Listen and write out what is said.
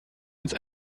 jetzt